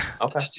Okay